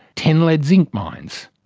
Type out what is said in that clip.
ten lead-zinc mines,